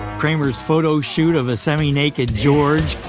kramer's photoshoot of semi-naked george